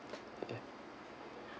yeah